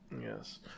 Yes